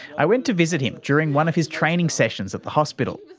i went to visit him during one of his training sessions at the hospital.